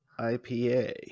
ipa